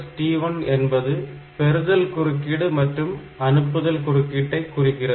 R1 T1 என்பது பெறுதல் குறுக்கீடு மற்றும் அனுப்புதல் குறுக்கீட்டை குறிக்கிறது